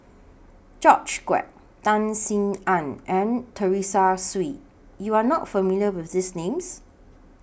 George Quek Tan Sin Aun and Teresa Hsu YOU Are not familiar with These Names